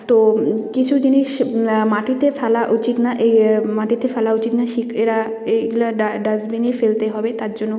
তো কিছু জিনিস মাটিতে ফেলা উচিত না এই মাটিতে ফেলা উচিত না এরা এইগুলা ডাস্টবিনে ফেলতে হবে তার জন্য